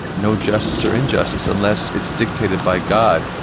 no justice or injustice, unless it's dictated by god,